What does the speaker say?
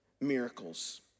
miracles